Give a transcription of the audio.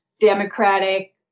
democratic